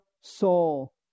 soul